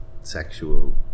sexual